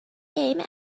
game